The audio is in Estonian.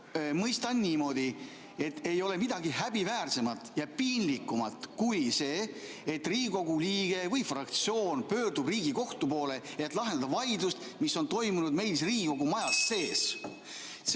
mõistan, et ei ole midagi häbiväärsemat ja piinlikumat kui see, et Riigikogu liige või fraktsioon pöördub Riigikohtu poole, et lahendada vaidlus, mis on toimunud meil siin Riigikogu majas sees.